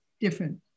different